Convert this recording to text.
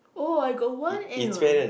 oh I got one animal